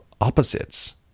opposites